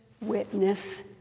witness